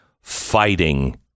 fighting